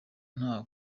nta